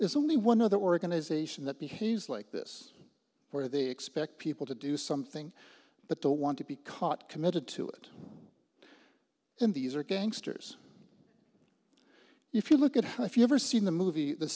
is only one other organization that behaves like this where they expect people to do something but don't want to be caught committed to it and these are gangsters if you look at her if you ever seen the movie the